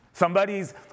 Somebody's